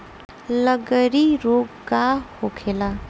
लगड़ी रोग का होखेला?